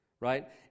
right